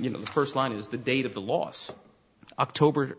you know the first line is the date of the loss october